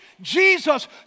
Jesus